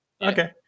okay